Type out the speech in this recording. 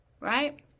right